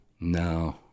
no